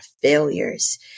failures